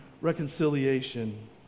reconciliation